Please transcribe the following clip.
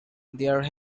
there